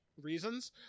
reasons